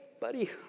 buddy